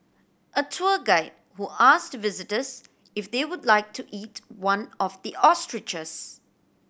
a tour guide who asked visitors if they would like to eat one of the ostriches